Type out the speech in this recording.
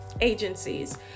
agencies